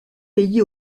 pays